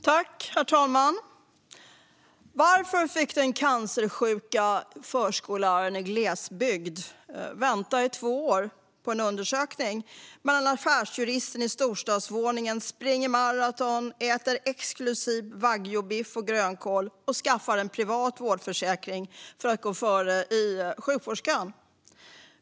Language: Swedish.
Herr talman! Varför får den cancersjuka förskolläraren i glesbygd vänta i två år på en undersökning medan affärsjuristen i storstadsvåningen springer maraton, äter exklusiv wagyubiff och grönkål och skaffar en privat vårdförsäkring för att gå före i sjukvårdskön?